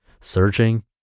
searching